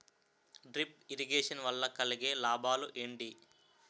Drip irrigation వల్ల కలిగే లాభాలు ఏంటి?